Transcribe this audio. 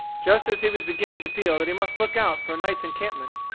just as he was beginning to feel that he must look out for a night's encampment,